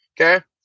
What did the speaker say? Okay